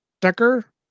Decker